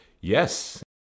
yes